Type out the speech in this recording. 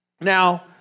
Now